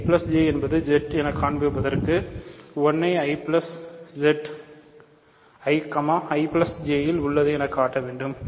I J என்பது Z என காண்பிப்பதற்கு 1 ஐ IZ IJல் உள்ளது என கட்ட வேண்டும்